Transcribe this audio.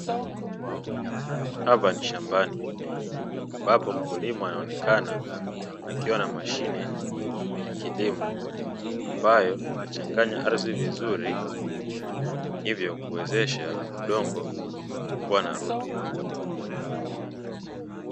Hapa ni shambani ambapo mkulima anaonekana akiwa na mashine ya kilimo ambapo anachanganya ardhi vizuri, hivyo kuwezesha udongo kuwa na rutuba.